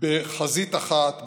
בחזית אחת,